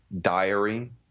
Diary